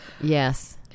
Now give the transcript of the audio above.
Yes